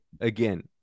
again